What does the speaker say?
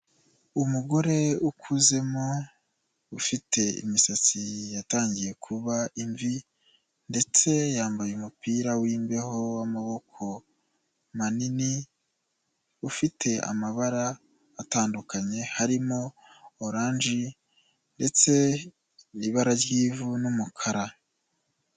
Umugore ukuzemo, ufite imisatsi yatangiye kuba imvi, ndetse yambaye umupira w'imbeho w'amaboko manini, ufite amabara atandukanye, harimo orange ndetse n'ibara ry'ivu n'umukara.